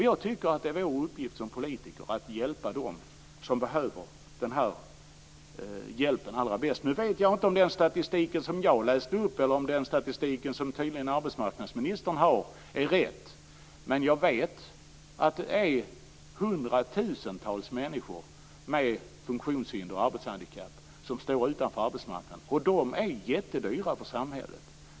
Jag tycker att det är vår uppgift som politiker att hjälpa dem som behöver den här hjälpen allra bäst. Nu vet jag inte om den statistik som jag läste upp eller den statistik som tydligen arbetsmarknadsministern har är riktig. Men jag vet att det är hundratusentals människor med funktionshinder och arbetshandikapp som står utanför arbetsmarknaden. De är jättedyra för samhället.